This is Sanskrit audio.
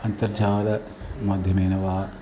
अन्तर्जालमाध्यमेन वा